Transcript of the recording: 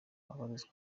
abarizwa